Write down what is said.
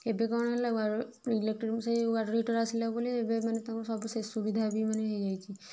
ଏବେ କଣ ହେଲା ଇଲେକ୍ଟ୍ରିକ୍ ସେ ୱାଟର୍ ହିଟର୍ ଆସିଲା ବୋଲି ଏବେ ମାନେ ତାଙ୍କ ସେ ସୁବିଧା ବି ମାନେ ହୋଇଯାଇଛି